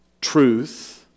truth